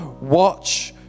Watch